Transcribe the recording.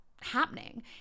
happening